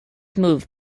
move